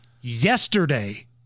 yesterday